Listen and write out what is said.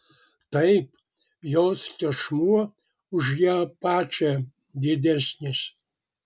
taip jos tešmuo už ją pačią didesnis